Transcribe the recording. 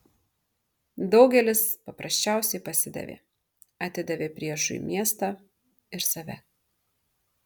daugelis paprasčiausiai pasidavė atidavė priešui miestą ir save